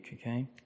okay